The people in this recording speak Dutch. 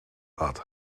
had